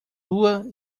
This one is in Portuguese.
rua